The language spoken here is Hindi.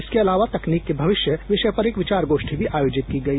इसके अलावा तकनीक के भविष्य विषय पर एक विवार गोष्ठी भी आयोजित की गई